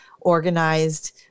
organized